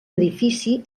edifici